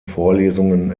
vorlesungen